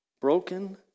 broken